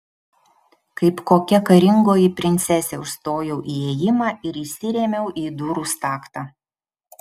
kaip kokia karingoji princesė užstojau įėjimą ir įsirėmiau į durų staktą